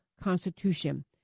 Constitution